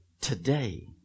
today